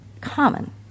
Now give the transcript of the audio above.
common